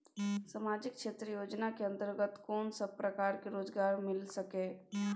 सामाजिक क्षेत्र योजना के अंतर्गत कोन सब प्रकार के रोजगार मिल सके ये?